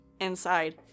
inside